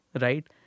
right